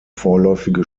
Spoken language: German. vorläufige